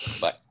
Bye